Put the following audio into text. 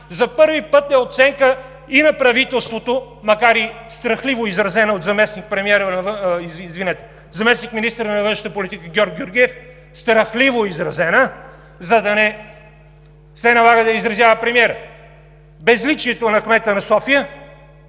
за първи път е оценка и на правителството, макар и страхливо изразена от заместник-министъра на външната политика Георг Георгиев, страхливо изразена, за да не се налага да я изразява премиерът, безличието на кмета на София